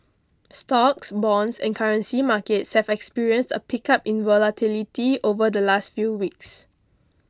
stocks bonds and currency markets have experienced a pickup in volatility over the last few weeks